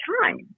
time